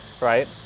right